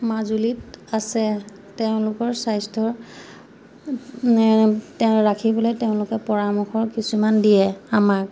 মাজুলীত আছে তেওঁলোকৰ স্বাস্থ্য ৰাখিবলৈ তেওঁলোকে পৰামৰ্শ কিছুমান দিয়ে আমাক